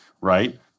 right